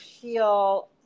feel